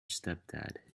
stepdad